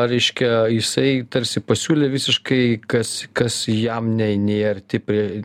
reiškia jisai tarsi pasiūlė visiškai kas kas jam nei nei arti prie